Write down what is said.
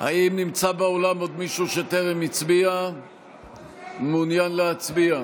האם נמצא באולם עוד מישהו שטרם הצביע ומעוניין להצביע?